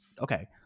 Okay